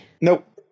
Nope